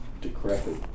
decrepit